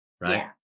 Right